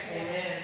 Amen